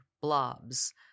blobs